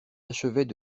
achevaient